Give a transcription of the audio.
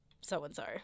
so-and-so